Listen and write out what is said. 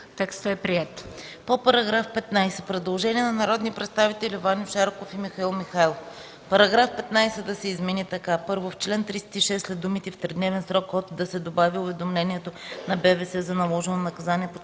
Текстът е приет.